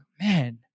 man